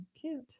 cute